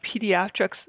Pediatrics